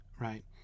right